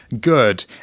good